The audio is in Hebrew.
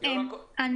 אני